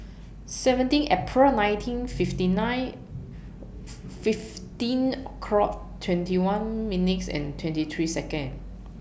seventeen April nineteen fifty nine fifteen o'clock twenty one minutes and twenty three Seconds